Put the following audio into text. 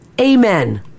Amen